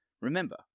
Remember